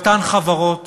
אותן חברות